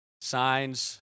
signs